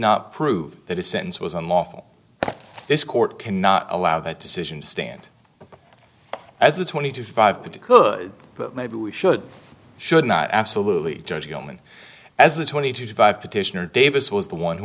not prove that his sentence was unlawful this court cannot allow that decision stand as the twenty two five put to could maybe we should should not absolutely judge goldman as the twenty two to five petitioner davis was the one who